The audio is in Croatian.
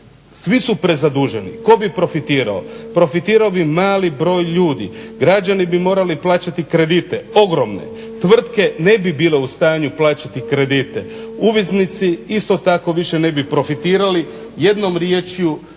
Svi su prezaduženi. Tko bi profitirao? Profitirao bi mali broj ljudi, građani bi morali plaćati kredite, ogromne, tvrtke ne bi bile u stanju plaćati kredite, uvoznici isto tako više ne bi profitirali, jednom riječju